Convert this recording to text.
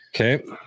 Okay